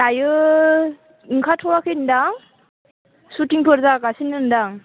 दायो ओंखारथ'वाखैनोदां सुथिंफोर जागासिनोदां